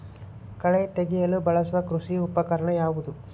ಕಳೆ ತೆಗೆಯಲು ಬಳಸುವ ಕೃಷಿ ಉಪಕರಣ ಯಾವುದು?